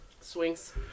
Swings